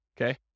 okay